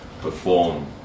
perform